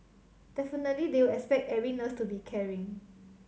definitely they will expect every nurse to be caring